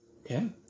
Okay